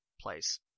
place